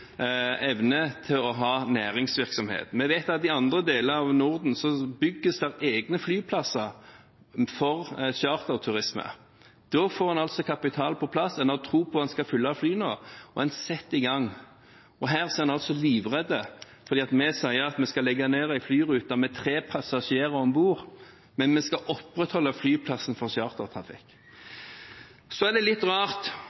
evne til å ha næringsvirksomhet. Vi vet at i andre deler av Norden bygges det egne flyplasser for charterturisme. Da får en kapital på plass, en har tro på at man skal fylle flyene, og en setter i gang. Her er en altså livredd fordi vi sier vi skal legge ned en flyrute med tre passasjerer om bord, men vi skal opprettholde flyplassen for chartertrafikk. Så er det litt rart